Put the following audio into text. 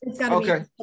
Okay